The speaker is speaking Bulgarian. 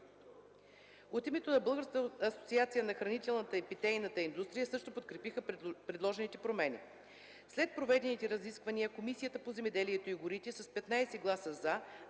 От името на Българската асоциация на хранителната и питейна индустрия също подкрепиха предложените промени. След проведените разисквания Комисията по земеделието и горите с 15 гласа “за”,